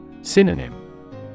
Synonym